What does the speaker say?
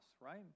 right